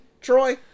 Troy